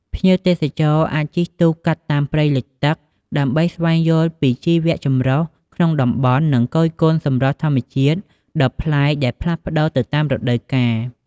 ភ្ញៀវទេសចរអាចជិះទូកកាត់តាមព្រៃលិចទឹក ដើម្បីស្វែងយល់ពីជីវៈចម្រុះក្នុងតំបន់ និងគយគន់សម្រស់ធម្មជាតិដ៏ប្លែកដែលផ្លាស់ប្តូរទៅតាមរដូវកាល។